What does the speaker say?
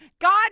God